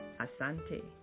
Asante